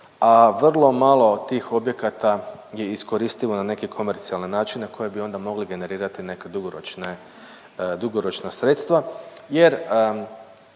a vrlo malo tih objekata je iskoristivo na neki komercijaln način na koji bi onda mogli generirati neke dugoročne,